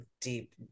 deep